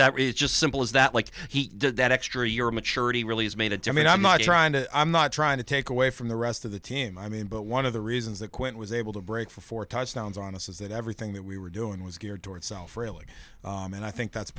that it's just simple as that like he did that extra year maturity really has made it to mean i'm not trying to i'm not trying to take away from the rest of the team i mean but one of the reasons that quint was able to break for four touchdowns on us is that everything that we were doing was geared toward self really and i think that's